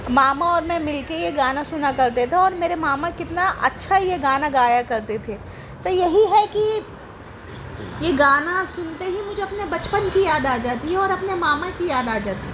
ماما اور میں مل کے یہ گانا سنا کرتے تھے اور میرے ماما کتنا اچھا یہ گانا گایا کرتے تھے تو یہی ہے کہ یہ گانا سنتے ہی مجھے اپنے بچپن کی یاد آ جاتی ہے اور اپنے ماما کی یاد آ جاتی ہے